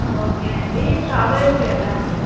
okay అండి strawberry ఫ్లేవరా అండి